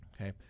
Okay